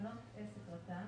"תחנות עסק רט"ן"